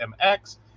MX